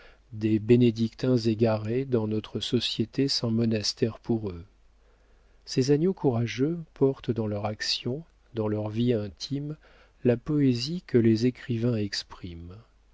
des bénédictins égarés dans notre société sans monastère pour eux ces agneaux courageux portent dans leurs actions dans leur vie intime la poésie que les écrivains expriment